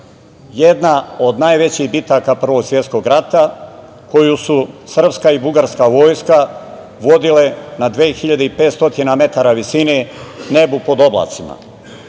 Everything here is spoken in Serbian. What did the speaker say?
jedna od najvećih bitaka Prvog svetskog rada, koju su srpska i bugarska vojska vodile na 2.500 metara visine, nebu pod oblacima.